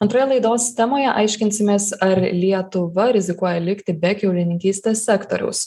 antroje laidos temoje aiškinsimės ar lietuva rizikuoja likti be kiaulininkystės sektoriaus